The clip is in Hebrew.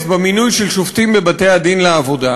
להשתתף במינוי של שופטים בבתי-הדין לעבודה,